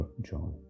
John